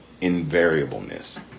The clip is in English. invariableness